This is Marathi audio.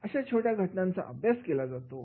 अशा छोट्या घटनांच्या अभ्यासाचा वापर केला जातो